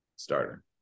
starter